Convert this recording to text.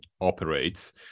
operates